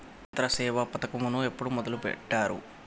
యంత్రసేవ పథకమును ఎప్పుడు మొదలెట్టారు?